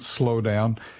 slowdown